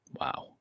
Wow